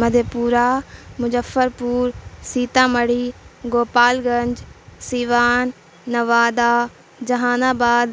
مدھے پورہ Muzaffarpur Sitamarhi Gopalganj Siwan Nawada جہان آباد